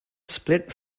split